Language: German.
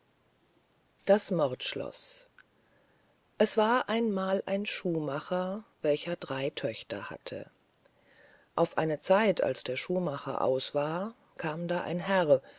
das mordschloß es war einmal ein schuhmacher welcher drei töchter hatte auf eine zeit als der schuhmacher aus war kam da ein herr